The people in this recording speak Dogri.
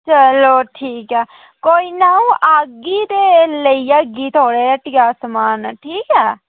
चलो ठीक ऐ कोई ना अं'ऊ आह्गी ते लेई जाह्गी तौले हट्टिया समान ठीक ऐ